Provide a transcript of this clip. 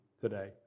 today